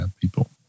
people